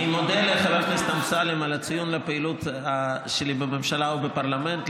אני מודה לחבר הכנסת אמסלם על הציון על הפעילות שלי בממשלה ובפרלמנט.